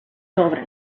sobre